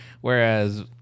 Whereas